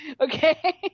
okay